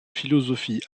philosophie